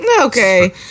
Okay